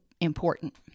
important